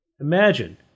Imagine